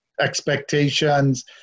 expectations